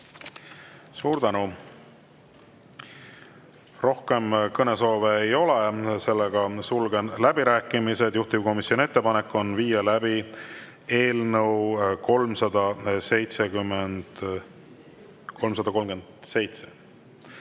Suur tänu! Rohkem kõnesoove ei ole, seega sulgen läbirääkimised. Juhtivkomisjoni ettepanek on viia läbi eelnõu 285